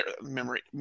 memory